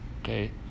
okay